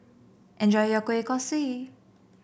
enjoy your Kueh Kosui